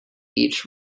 each